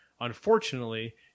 Unfortunately